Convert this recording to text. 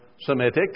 Semitic